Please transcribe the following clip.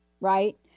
right